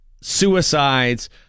suicides